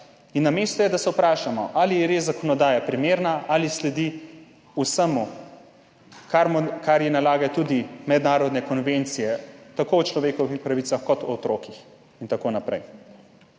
Na mestu je, da se vprašamo, ali je res zakonodaja primerna, ali sledi vsemu, kar ji nalagajo tudi mednarodne konvencije, tako o človekovih pravicah kot o otrocih in tako naprej.